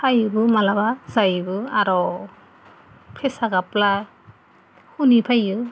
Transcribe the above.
फैयोबो माब्लाबा जायोबो आरो फेसा गाबोब्ला सुनि फैयो